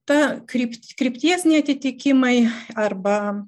ta kryptis krypties neatitikimai arba